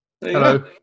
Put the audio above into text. Hello